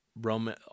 Roman